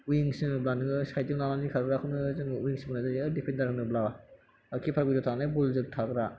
wings होनोबा नोङो side जों लानानै खारग्राखौनो जोङो विंग्स बुंनाय जायो आरो दिफेन्दार होनोब्ला किपार गुदियाव थानाय बल जोबथाग्रा